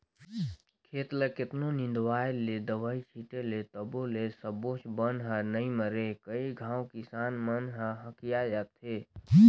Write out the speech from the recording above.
खेत ल कतनों निंदवाय ले, दवई छिटे ले तभो ले सबोच बन हर नइ मरे कई घांव किसान मन ह हकिया जाथे